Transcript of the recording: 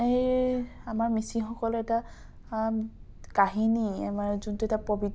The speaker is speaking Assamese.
এই আমাৰ মিচিংসকলৰ এটা কাহিনী আমাৰ যোনটো এটা পবিত্ৰ